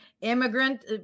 Immigrant